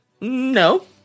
no